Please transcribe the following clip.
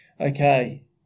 Okay